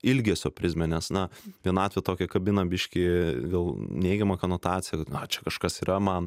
ilgesio prizmę nes na vienatvę tokią kabiną biškį gal neigiamą konotaciją na čia kažkas yra man